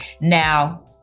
now